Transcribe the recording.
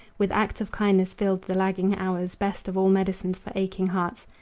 with acts of kindness filled the lagging hours, best of all medicines for aching hearts.